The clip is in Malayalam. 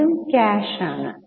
ആദ്യം ക്യാഷ് ആണ്